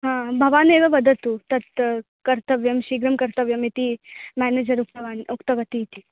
हा भवानेव वदतु तत् कर्तव्यं शीघ्रं कर्तव्यम् इति मेनेजर् उक्तवान् उक्तवती इति